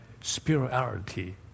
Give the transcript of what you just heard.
spirituality